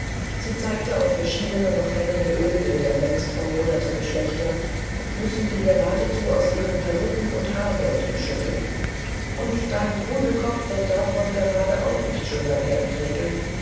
sie zeigte auf verschiedene noch hängende oelbilder längst vermoderter geschlechter müssen sie geradezu aus ihren perücken und haarbeuteln schütteln und dein pudelkopf wird davon gerade auch nicht schöner werden gretel